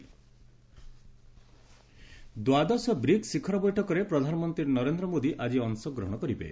PM BRICS ଦ୍ୱାଦଶ ବ୍ରିକୁ ଶିଖର ବୈଠକରେ ପ୍ରଧାନମନ୍ତ୍ରୀ ନରେନ୍ଦ୍ର ମୋଦୀ ଆଜି ଅଂଶଗ୍ରହଣ କରିବେ